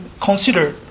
consider